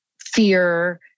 fear